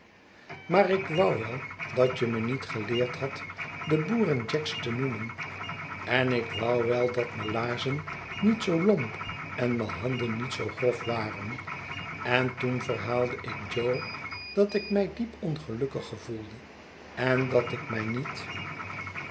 maar ik wou wel dat je me niet geleerd hadt de boeren jacks te noemen en ik wou wel dat me laarzen niet zoo lomp en me handen niet zoo grof waren en toen verhaalde ik jo dat ik mij diep ongelukkig gevoelde en dat ik mij niet